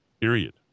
period